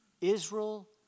Israel